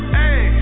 hey